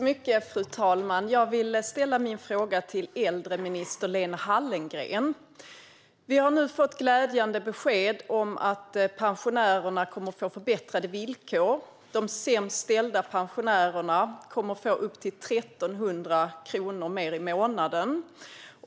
Fru talman! Jag vill ställa min fråga till äldreminister Lena Hallengren. Vi har nu fått glädjande besked om att pensionärerna kommer att få förbättrade villkor. De sämst ställda pensionärerna kommer att få upp till 1 300 kronor mer i månaden.